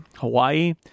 hawaii